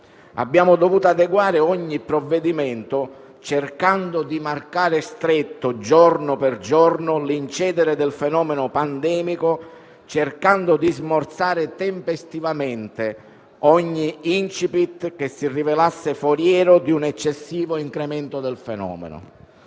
Abbiamo dovuto adeguare ogni provvedimento, cercando di marcare stretto, giorno per giorno, l'incedere del fenomeno pandemico e cercando di smorzare tempestivamente ogni *incipit* che si rivelasse foriero di un eccessivo incremento del fenomeno.